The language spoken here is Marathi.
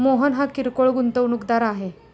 मोहन हा किरकोळ गुंतवणूकदार आहे